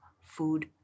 food